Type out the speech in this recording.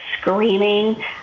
screaming